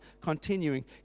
continuing